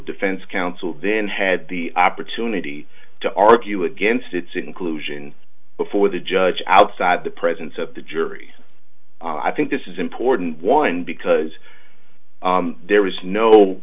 defense counsel then had the opportunity to argue against its inclusion before the judge outside the presence of the jury i think this is important one because there is no